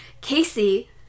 casey